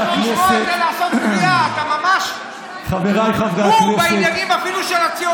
אתה ממש בור בעניינים אפילו של הציונות הדתית.